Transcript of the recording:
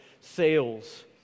sales